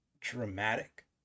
dramatic